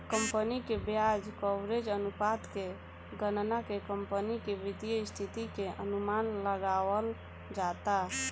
company के ब्याज coverage अनुपात के गणना के कंपनी के वित्तीय स्थिति के अनुमान लगावल जाता